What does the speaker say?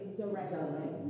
directly